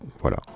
voilà